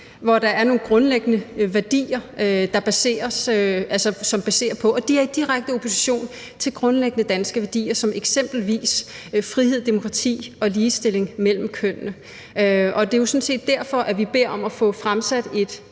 hvor der er nogle grundlæggende værdier, som er baseret på noget, der er i direkte opposition til grundlæggende danske værdier som eksempelvis frihed, demokrati og ligestilling mellem kønnene. Og det er jo sådan set derfor, at vi beder om at få fremsat et